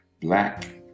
black